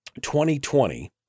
2020